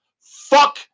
Fuck